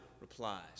replies